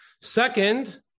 Second